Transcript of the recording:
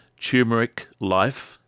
turmericlife